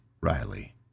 Riley